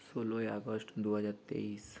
ষোলোই আগস্ট দুহাজার তেইশ